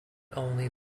only